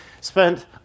spent